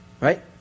right